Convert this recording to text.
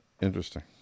interesting